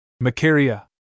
Macaria